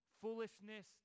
foolishness